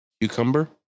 cucumber